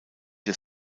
des